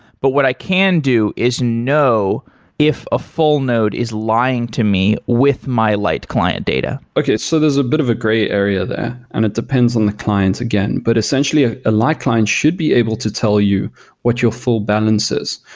but what i can do is know if a full node is lying to me with my light client data okay. so there's a bit of a gray area there and it depends on the clients again. but essentially, a light client should be able to tell you what your full balance is.